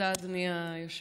תודה, אדוני היושב-ראש.